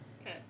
Okay